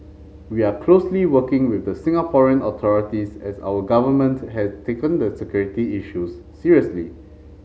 we are closely working with the Singaporean authorities as our government has taken the security issues seriously